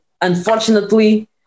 unfortunately